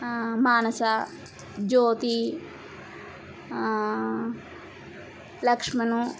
Manasa Jyoti Lakshman